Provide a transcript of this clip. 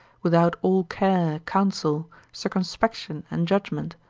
without all care, counsel, circumspection, and judgment.